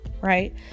right